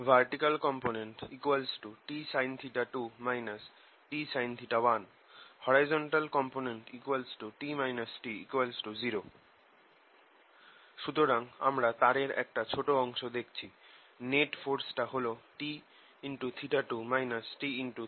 Vertical component Tsin2 Tsin1 Horizontal componentT T0 সুতরাং আমরা তারের একটা ছোট অংশ দেখছি নেট ফোরসটা হল T2 T1